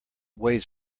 weighs